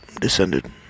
descended